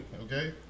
okay